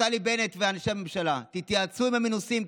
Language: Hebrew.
נפתלי בנט ואנשי הממשלה, תתייעצו עם המנוסים.